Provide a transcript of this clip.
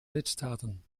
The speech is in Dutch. lidstaten